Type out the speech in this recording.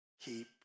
keep